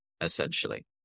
essentially